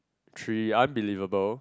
three unbelievable